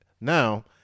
now